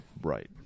Right